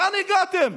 לאן הגעתם?